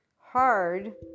hard